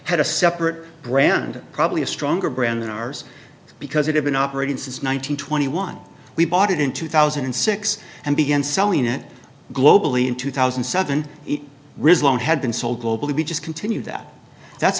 had a separate brand probably a stronger brand than ours because it had been operating since one thousand twenty one we bought it in two thousand and six and began selling it globally in two thousand and seven result had been sold globally we just continue that that's